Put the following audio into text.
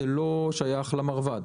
זה לא שייך למרב"ד.